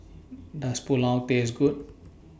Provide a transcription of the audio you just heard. Does Pulao Taste Good